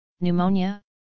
pneumonia